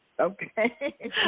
Okay